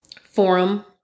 forum